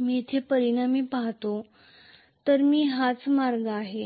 मी येथे परिणामी पाहतो तर हाच मार्ग आहे